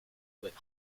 with